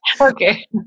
Okay